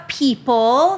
people